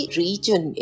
region